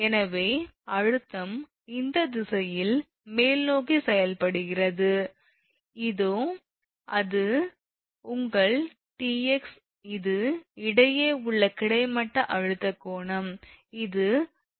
எனவே அழுத்தம் இந்த திசையில் மேல்நோக்கி செயல்படுகிறது இதோ அது உங்கள் 𝑇𝑥 இது இடையே உள்ள கிடைமட்ட அழுத்த கோணம் இது தொடுதல் அழுத்தம் 𝑇